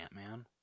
Ant-Man